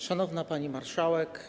Szanowna Pani Marszałek!